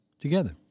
Together